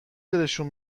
دلشون